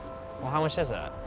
how much is that?